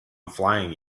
flying